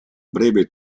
breve